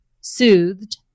soothed